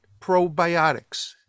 probiotics